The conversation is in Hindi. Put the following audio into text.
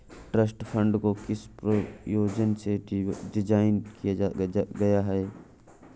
ट्रस्ट फंड को किस प्रयोजन से डिज़ाइन किया गया है?